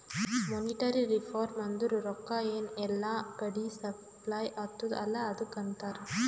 monetary reform ಅಂದುರ್ ರೊಕ್ಕಾ ಎನ್ ಎಲ್ಲಾ ಕಡಿ ಸಪ್ಲೈ ಅತ್ತುದ್ ಅಲ್ಲಾ ಅದುಕ್ಕ ಅಂತಾರ್